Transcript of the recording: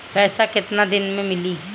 पैसा केतना दिन में मिली?